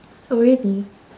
oh really